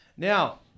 Now